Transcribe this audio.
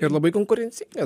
ir labai konkurencinga